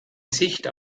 sicht